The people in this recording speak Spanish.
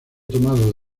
tomado